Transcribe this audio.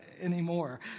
anymore